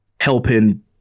helping